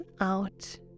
out